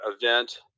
event